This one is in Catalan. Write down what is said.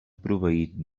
proveït